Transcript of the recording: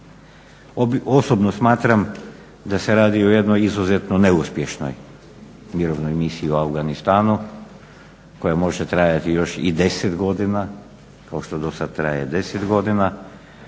Osobno smatram da se radi o jednoj izuzetno neuspješnoj mirovnoj misiji u Afganistanu koja može trajati još i 10 godina kao što do sad traje 10 godina